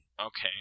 Okay